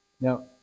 Now